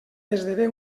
esdevé